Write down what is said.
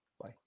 Bye